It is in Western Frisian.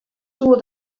soe